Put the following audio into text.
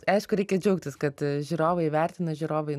aišku reikia džiaugtis kad žiūrovai vertina žiūrovai